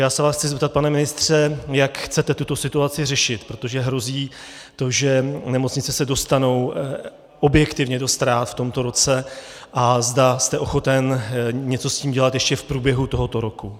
Chci se vás zeptat, pane ministře, jak chcete tuto situaci řešit, protože hrozí to, že nemocnice se dostanou objektivně do ztrát v tomto roce, a zda jste ochoten něco s tím dělat ještě v průběhu tohoto roku.